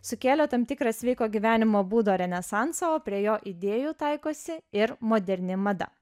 sukėlė tam tikrą sveiko gyvenimo būdo renesansą o prie jo idėjų taikosi ir moderni mada